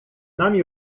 nami